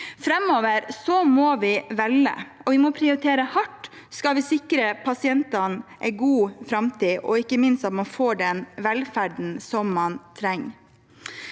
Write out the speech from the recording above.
Framover må vi velge, og vi må prioritere hardt om vi skal sikre pasientene en god framtid og ikke minst å få den velferden man trenger.